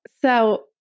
So-